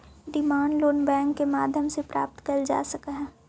demand loan bank के माध्यम से प्राप्त कैल जा सकऽ हइ